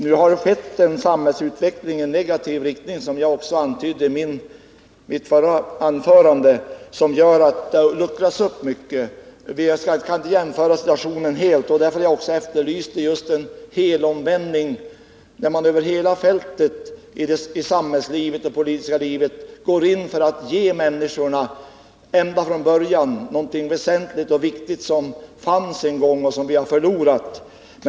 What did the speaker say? Som jag antydde i mitt förra anförande har samhällsutvecklingen verkat i negativ riktning på detta område. Det är så mycket som har luckrats upp. Det är svårt att göra jämförelser, men jag efterlyser en helomvändning som gör att vi i samhällslivet och det politiska livet går in för att människor skall få tillbaka den tidigare synen på livet som något väsentligt och värdefullt. Den synen fanns en gång men har nu gått förlorad.